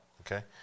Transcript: okay